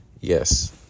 yes